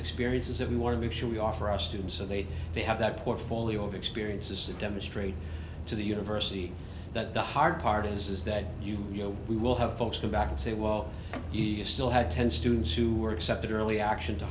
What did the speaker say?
experience is that we want to make sure we offer us students so they have that portfolio of experiences to demonstrate to the university that the hard part is that you know we will have folks go back and say well east still had ten students who were accepted early action to